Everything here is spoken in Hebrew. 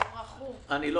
אני לא